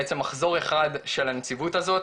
בעצם מחזור אחד של הנציבות הזאת,